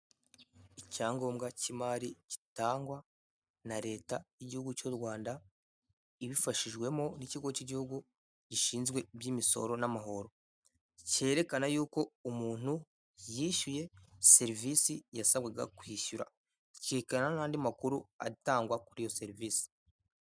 Icyangombwa cy'imari gitangwa na leta y'igihugu cy'u Rwanda, ibifashijwemo n'ikigo cy'igihugu gishinzwe iby'imisoro n'amahoro. Cyerekana yuko umuntu yishyuye serivisi yasabwaga kwishyura. Cyerekana n'andi makuru atangwa kuri iyo serivisi.